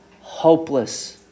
hopeless